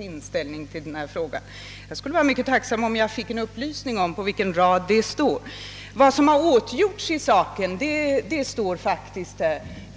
inställning till problemet? Jag skulle vara mycket tacksam för en upplysning om på vilken rad jag kan återfinna detta. Vad som åtgjorts i saken står faktiskt i svaret.